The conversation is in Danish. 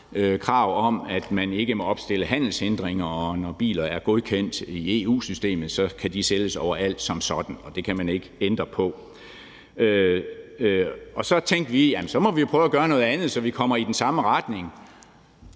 krav om, at man ikke må opstille handelshindringer, og at når biler er godkendt i EU-systemet, så kan de sælges overalt som sådan, og det kan man ikke ændre på. Kl. 10:52 Så tænkte vi, at så må vi prøve at gøre noget andet, så vi kommer i den samme retning.